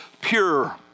pure